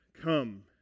Come